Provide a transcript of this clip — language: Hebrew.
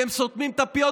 אתם סותמים את הפיות,